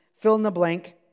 fill-in-the-blank